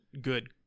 good